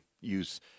use